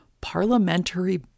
parliamentary